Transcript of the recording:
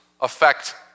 affect